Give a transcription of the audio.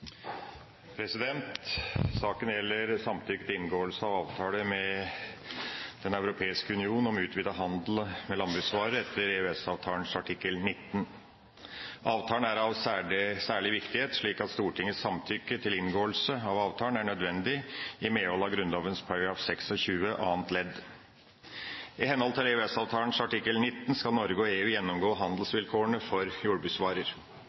gjelder samtykke til inngåelse av avtale med Den europeiske union om utvidet handel med landbruksvarer etter EØS-avtalens artikkel 19. Avtalen er av særlig viktighet, slik at Stortingets samtykke til inngåelse av avtalen er nødvendig i medhold av Grunnloven § 26 annet ledd. I henhold til EØS-avtalens artikkel 19 skal Norge og EU gjennomgå handelsvilkårene for jordbruksvarer.